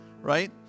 right